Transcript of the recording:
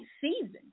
season